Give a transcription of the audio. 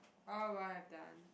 oh what I've done